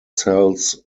sells